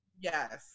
yes